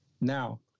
Now